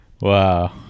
Wow